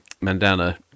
Mandana